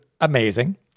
amazing